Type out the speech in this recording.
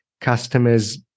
customers